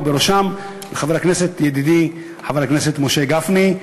ובראשם לידידי חבר הכנסת משה גפני.